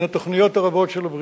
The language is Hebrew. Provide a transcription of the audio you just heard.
מן התוכניות הרבות של הבריטים.